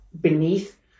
beneath